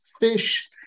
fish